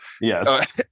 yes